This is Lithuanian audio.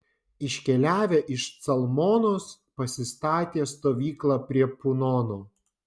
iškeliavę iš calmonos pasistatė stovyklą prie punono